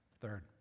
Third